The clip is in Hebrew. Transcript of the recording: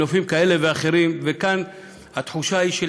מנופים כאלה ואחרים,